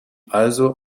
also